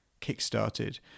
kickstarted